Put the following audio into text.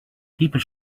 people